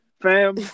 fam